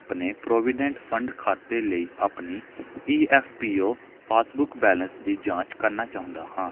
ਆਪਣੇ provident fund ਖਾਤੇ ਲਈ ਆਪਣੀ E F P O passbook balance ਦੀ ਜਾਂਚ ਕਰਨਾ ਚਾਹੁੰਦਾ ਹਾਂ